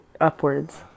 upwards